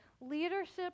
leadership